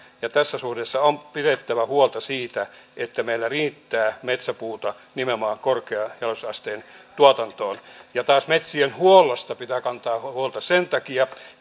tässä suhteessa on pidettävä huolta siitä että meillä riittää metsäpuuta nimenomaan korkean jalostusasteen tuotantoon ja taas metsien huollosta pitää kantaa huolta sen takia